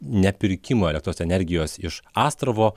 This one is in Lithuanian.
nepirkimo elektros energijos iš astravo